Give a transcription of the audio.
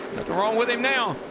wrong with him now.